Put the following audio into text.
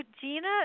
Gina